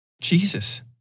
Jesus